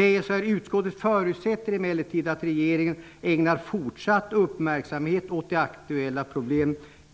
Utskottet skriver: ''Utskottet förutsätter emellertid att regeringen ägnar fortsatt uppmärksamhet åt de aktuella